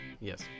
Yes